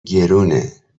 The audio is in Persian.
گرونه